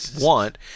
want